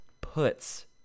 puts